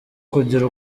kugira